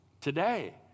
today